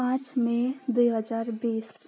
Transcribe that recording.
पाँच मे दुई हजार बिस